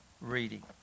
reading